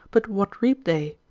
but what reap they?